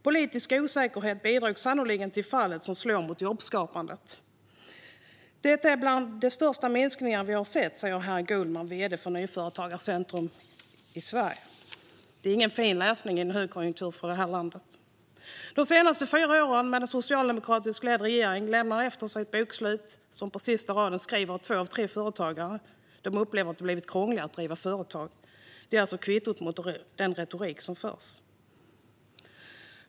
Politisk osäkerhet bidrog sannolikt till fallet som slår mot jobbskapandet. 'Det är bland de största minskningarna vi har sett', säger Harry Goldman, vd för Nyföretagarcentrum Sverige." Det är ingen fin läsning för en högkonjunktur i detta land. De senaste fyra åren med en socialdemokratiskt ledd regering har lämnat efter sig ett bokslut som på sista raden skriver att två av tre företagare upplever att det har blivit krångligare att driva företag. Det är alltså kvittot för den retorik som förs.